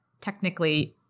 technically